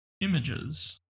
images